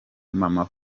mama